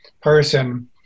person